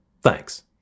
Thanks